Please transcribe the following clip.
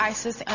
Isis